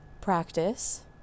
practice